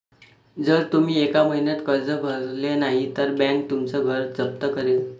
जर तुम्ही एका महिन्यात कर्ज भरले नाही तर बँक तुमचं घर जप्त करेल